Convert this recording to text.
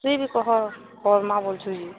ସେ ବି କହ କର୍ମା ବୋଲୁଛୁ ଯେ